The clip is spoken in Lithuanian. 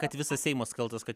kad visas seimas kaltas kad